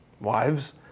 wives